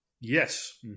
Yes